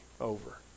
over